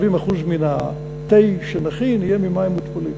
70% מן התה שנכין יהיה ממים מותפלים.